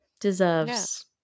deserves